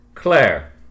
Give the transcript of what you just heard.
Claire